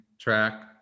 track